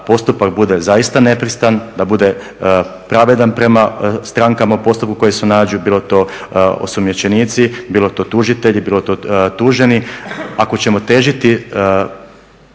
postupak bude zaista nepristran, da bude pravedan prema strankama u postupku koje se nađu, bilo to osumnjičenici, bilo to tužitelji, bilo to tuženi. Ako ćemo težiti